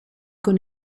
con